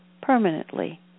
permanently